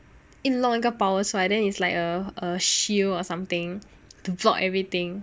硬弄一个 power 出来 then is like a a shield or something to block everything